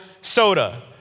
soda